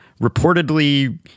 reportedly